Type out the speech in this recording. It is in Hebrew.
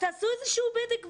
תעשו איזשהו בדק בית.